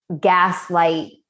gaslight